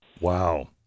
wow